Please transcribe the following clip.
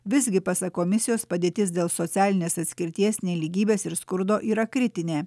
visgi pasak komisijos padėtis dėl socialinės atskirties nelygybės ir skurdo yra kritinė